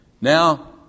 Now